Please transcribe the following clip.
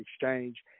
Exchange